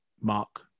Mark